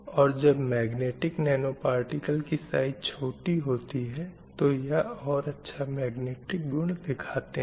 और जब magnetic nano particle की साइज़ छोटी होती है तो यह और अच्छा मैग्नेटिक गुण दिखाते हैं